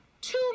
two